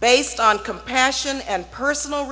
based on compassion and personal